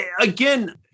again